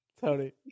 tony